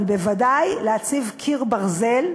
אבל בוודאי להציב קיר ברזל,